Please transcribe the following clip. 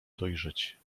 dojrzeć